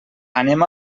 anem